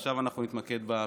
עכשיו אנחנו נתמקד בפיצול.